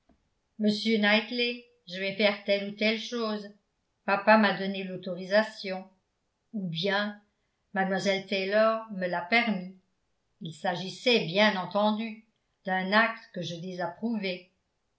monsieur knightley je vais faire telle ou telle chose papa m'a donné l'autorisation ou bien mlle taylor me l'a permis il s'agissait bien entendu d'un acte que je